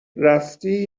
رفتی